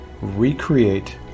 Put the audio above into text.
recreate